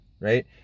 Right